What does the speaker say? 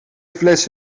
flessen